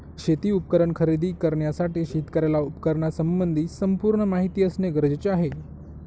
शेती उपकरण खरेदी करण्यासाठी शेतकऱ्याला उपकरणासंबंधी संपूर्ण माहिती असणे गरजेचे आहे